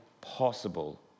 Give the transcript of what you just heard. possible